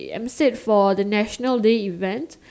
ya emceed for the national day event